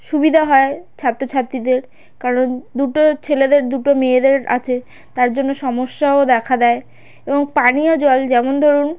সুবিধা হয় ছাত্র ছাত্রীদের কারণ দুটো ছেলেদের দুটো মেয়েদের আছে তার জন্য সমস্যাও দেখা দেয় এবং পানীয় জল যেমন ধরুন